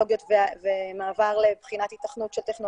הרבה יותר חזק ונותן לנו למעשה לעשות הכול